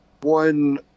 one